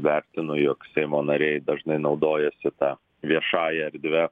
vertinu jog seimo nariai dažnai naudojasi ta viešąja erdve